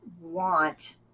want